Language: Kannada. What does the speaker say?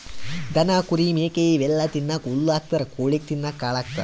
ದನ ಕುರಿ ಮೇಕೆ ಇವೆಲ್ಲಾ ತಿನ್ನಕ್ಕ್ ಹುಲ್ಲ್ ಹಾಕ್ತಾರ್ ಕೊಳಿಗ್ ತಿನ್ನಕ್ಕ್ ಕಾಳುಗಳನ್ನ ಹಾಕ್ತಾರ